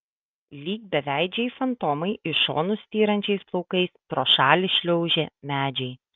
lyg beveidžiai fantomai į šonus styrančiais plaukais pro šalį šliaužė medžiai